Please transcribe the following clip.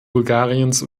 bulgariens